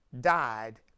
died